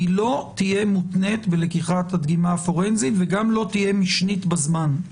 לא תהיה מותנית בלקיחת הדגימה הפורנזית וגם לא תהיה משנית בזמן.